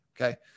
okay